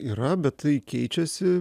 yra bet tai keičiasi